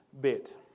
bit